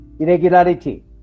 irregularity